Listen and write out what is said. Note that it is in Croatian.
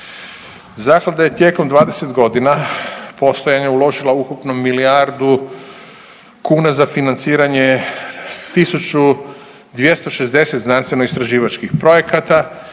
Zaklada je tijekom 20.g. postojanja uložila ukupno milijardu kuna za financiranje 1.260 znanstveno istraživačih projekata